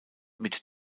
mit